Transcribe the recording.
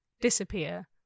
disappear